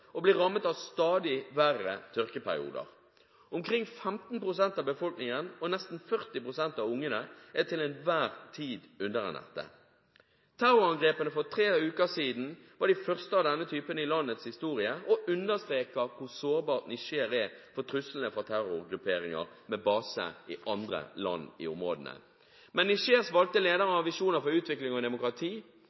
og blir rammet av stadig verre tørkeperioder. Omkring 15 pst. av befolkningen, nesten 40 pst. av barna, er til enhver tid underernærte. Terrorangrepene for tre uker siden var de første av denne typen i landets historie og understreker hvor sårbart Niger er for truslene fra terrorgrupperinger med base i andre land i området. Men Nigers valgte ledere har visjoner for utvikling og demokrati.